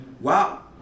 Wow